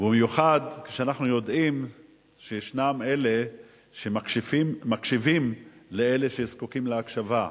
ובמיוחד כשאנחנו יודעים שישנם אלה שמקשיבים לאלה שזקוקים להקשבה,